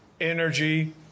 energy